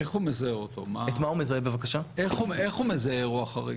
איך הוא מזהה אירוע חריג,